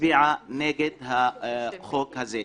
הצביעו נגד החוק הזה.